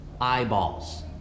eyeballs